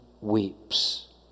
weeps